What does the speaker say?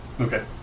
Okay